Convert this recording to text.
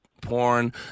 porn